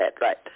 Right